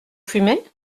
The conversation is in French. fumez